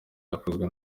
yakozwe